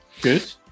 Good